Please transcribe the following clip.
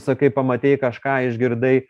sakai pamatei kažką išgirdai